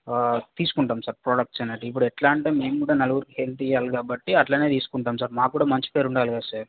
తీసుకుంటాం sir products అనేవి ఇప్పుడు ఎట్లా అంటే మేము కూడా నలుగురికి హెల్ప్ చేయాలి కాబట్టి అట్లనే తీసుకుంటాం సార్ మాకు కూడా మంచి పేరు ఉండాలి కదా సార్